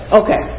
okay